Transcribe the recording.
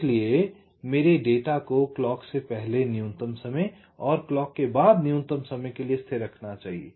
इसलिए मेरे डेटा को क्लॉक से पहले न्यूनतम समय और घड़ी के बाद न्यूनतम समय के साथ स्थिर रखा जाना चाहिए